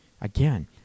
Again